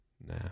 Nah